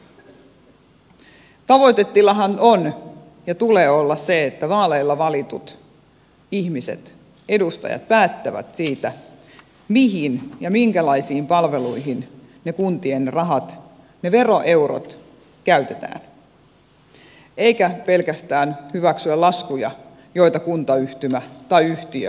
tavoitetilahan on ja sen tulee olla se että vaaleilla valitut edustajat päättävät siitä mihin ja minkälaisiin palveluihin ne kuntien rahat ne veroeurot käytetään eivätkä pelkästään hyväksy laskuja joita kuntayhtymä tai yhtiö lähettää